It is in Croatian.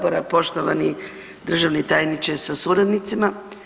Poštovani državni tajniče sa suradnicima.